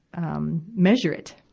um, measure it,